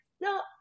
no